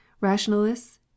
Rationalists